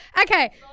Okay